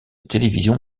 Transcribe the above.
télévision